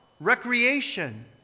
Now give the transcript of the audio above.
recreation